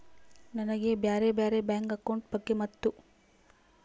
ನನಗೆ ಬ್ಯಾರೆ ಬ್ಯಾರೆ ಬ್ಯಾಂಕ್ ಅಕೌಂಟ್ ಬಗ್ಗೆ ಮತ್ತು?